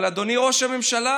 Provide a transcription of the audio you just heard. אבל, אדוני ראש הממשלה,